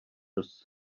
dost